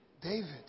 David